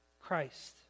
Christ